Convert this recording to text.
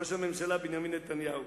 ראש הממשלה בנימין נתניהו,